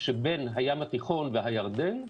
שבין הים התיכון והירדן,